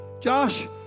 Josh